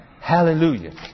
hallelujah